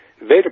Veda